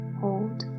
hold